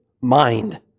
mind